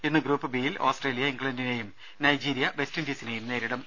ഇന്ന് ഗ്രൂപ്പ് ബിയിൽ ഓസ്ട്രേലിയ ഇംഗ്ലണ്ടിനെയും നൈജീരിയ വെസ്റ്റിൻഡീസിനെയും നേരിടും